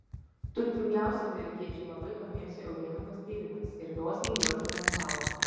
turtingiausi amerikiečiai labai domėjosi eugenikos tyrimais ir dosniai juos finansavo